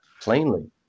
plainly